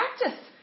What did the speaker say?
practice